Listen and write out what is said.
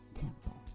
temple